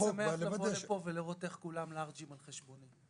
אני תמיד שמח לבוא לכאן ולראות איך כולם לארג'ים על חשבוני.